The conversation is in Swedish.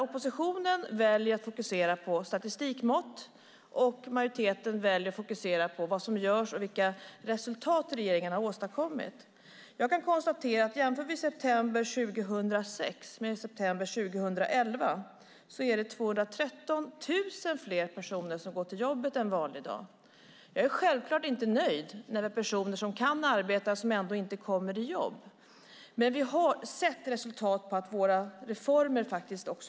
Oppositionen väljer att fokusera på statistikmått. Majoriteten väljer att fokusera på vad som görs och på vilka resultat regeringen har åstadkommit. Jämför vi med september 2006 kan vi konstatera att det i september 2011 är 213 000 fler personer som en vanlig dag går till jobbet. Jag är självklart inte nöjd när personer som kan arbeta ändå inte kommer i jobb. Men vi har sett resultat som visar att våra reformer faktiskt biter.